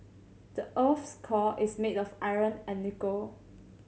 the earth's core is made of iron and nickel